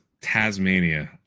Tasmania